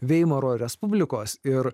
veimaro respublikos ir